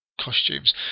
costumes